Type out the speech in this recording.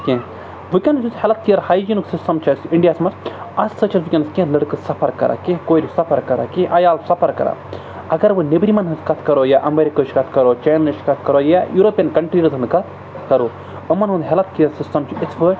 کیٚنٛہہ وٕنۍکٮ۪نَس یُس ہیلٕتھ کِیر ہایجیٖنُک سِسٹَم چھُ اَسہِ اِنڈیاہَس منٛز اَتھ سۭتۍ چھُ اَسہِ وٕنۍکیٚنَس کیٚنٛہہ لٔڑکہٕ سفر کران کیٚنٛہہ کورِ سَفر کران کیٚنٛہہ عیال سَفر کران اَگر وۄنۍ نیٚبرِمین ہٕنٛز کَتھ کَرو یا امیرِکچ کَتھ کَرو چاینٕچ کَتھ کَرو یا یوٗروپین کَنٹرٛیٖزَن کَتھ کَرو یِمَن ہُنٛد ہیلٕتھ کِیر سِسٹَم چھُ یِتھ پٲٹھۍ